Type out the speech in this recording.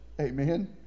Amen